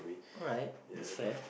alright that's fair